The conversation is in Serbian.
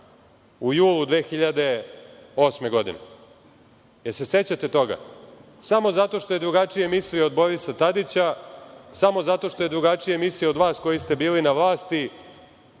u junu 2008. godine, da li se sećate toga, samo zato što je drugačije mislio od Borisa Tadića? Samo zato što je drugačije mislio od vas koji ste bili na vlasti,